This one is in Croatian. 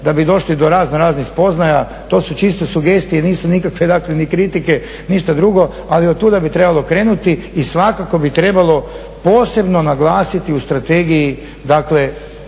da bi došli do raznoraznih spoznaja. To su čisto sugestije, nisu nikakve ni kritike, ništa drugo, ali od tuda bi trebalo krenuti i svakako bi trebalo posebno naglasiti u strategiji